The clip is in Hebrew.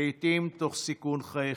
לעיתים תוך סיכון חייכם,